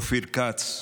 אופיר כץ,